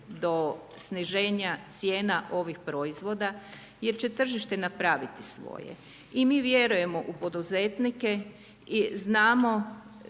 do sniženja cijena ovih proizvoda, jer će tržište napraviti svoje i mi vjerujemo u poduzetnike i znamo